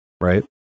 right